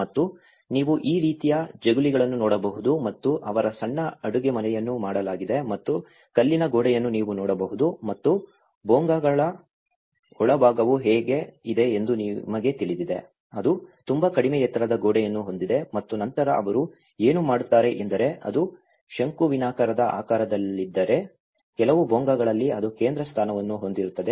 ಮತ್ತು ನೀವು ಈ ರೀತಿಯ ಜಗುಲಿಯನ್ನು ನೋಡಬಹುದು ಮತ್ತು ಅವರ ಸಣ್ಣ ಅಡುಗೆಮನೆಯನ್ನು ಮಾಡಲಾಗಿದೆ ಮತ್ತು ಕಲ್ಲಿನ ಗೋಡೆಯನ್ನು ನೀವು ನೋಡಬಹುದು ಮತ್ತು ಭೋಂಗಾಗಳ ಒಳಭಾಗವು ಹೇಗೆ ಇದೆ ಎಂದು ನಿಮಗೆ ತಿಳಿದಿದೆ ಅದು ತುಂಬಾ ಕಡಿಮೆ ಎತ್ತರದ ಗೋಡೆಯನ್ನು ಹೊಂದಿದೆ ಮತ್ತು ನಂತರ ಅವರು ಏನು ಮಾಡುತ್ತಾರೆ ಎಂದರೆ ಅದು ಶಂಕುವಿನಾಕಾರದ ಆಕಾರದಲ್ಲಿದ್ದರೆ ಕೆಲವು ಭೋಂಗಾಗಳಲ್ಲಿ ಅದು ಕೇಂದ್ರ ಸ್ಥಾನವನ್ನು ಹೊಂದಿರುತ್ತದೆ